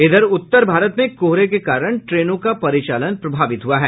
इधर उत्तर भारत में कोहरे के कारण ट्रेनों का परिचालन प्रभावित हुआ है